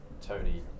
Tony